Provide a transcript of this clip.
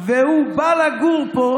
והוא בא לגור פה,